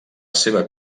seva